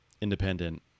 independent